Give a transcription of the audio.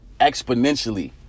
Exponentially